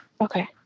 Okay